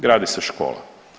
Gradi se škola.